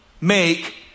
make